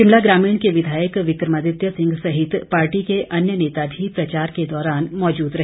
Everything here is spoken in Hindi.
शिमला ग्रामीण के विधायक विक्रमादित्य सिंह सहित पार्टी के अन्य नेता भी प्रचार के दौरान मौजूद रहे